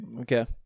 okay